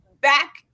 back